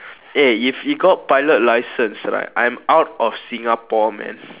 eh if he got pilot license right I'm out of singapore man